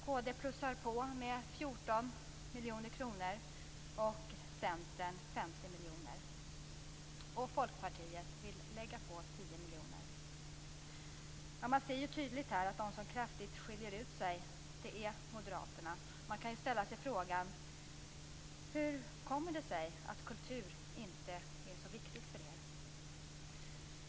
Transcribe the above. Kd plussar på med 14 miljoner och Centern med 50 miljoner. Folkpartiet vill lägga på 10 miljoner. Man ser tydligt att de som kraftigt skiljer ut sig är Moderaterna. Man kan ställa sig frågan: Hur kommer det sig att kultur inte är så viktigt för er?